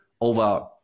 over-